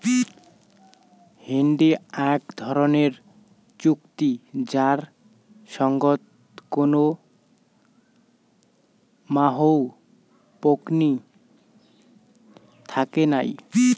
হুন্ডি আক ধরণের চুক্তি যার সঙ্গত কোনো মাহও পকনী থাকে নাই